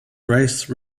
rice